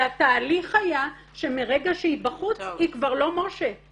והתהליך היה שמרגע שהיא בחוץ היא כבר לא מש"ה,